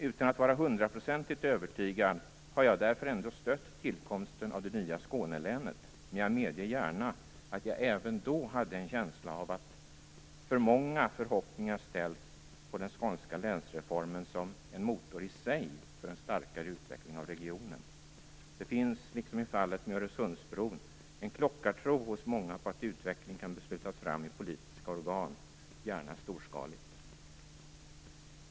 Utan att vara hundraprocentigt övertygad har jag därför ändå stött tillkomsten av det nya Skånelänet, men jag medger gärna att jag även då hade en känsla av att för många förhoppningar ställts på den skånska länsreformen som en motor i sig för en starkare utveckling av regionen. Det finns, liksom i fallet med Öresundsbron, hos många en klockartro på att utveckling kan beslutas fram i politiska organ, gärna storskaligt.